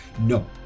No